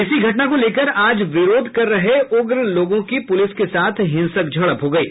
इसी घटना को लेकर आज विरोध कर रहे उग्र लोगों की पुलिस के साथ हिंसक झड़प हो गयी